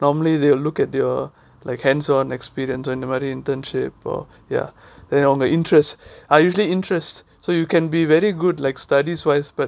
normally they will look your like hands on experience and அந்த மாதிரி:antha maathiri internship or ya அவங்க:avanga interest I usually interest so you can be very good like studies wise but